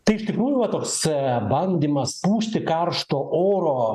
tik iš tikrųjų va toks bandymas pūsti karšto oro